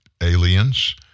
aliens